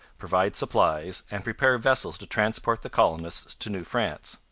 provide supplies, and prepare vessels to transport the colonists to new france.